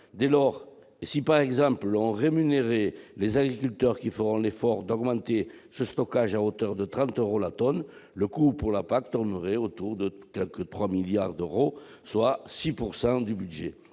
Dès lors, si l'on rémunérait les agriculteurs qui feront l'effort d'augmenter ce stockage à hauteur de 30 euros la tonne, le coût pour la PAC tournerait autour de 3 milliards d'euros, soit 6 % du budget,